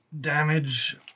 damage